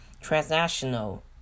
Transnational